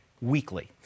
weekly